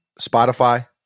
Spotify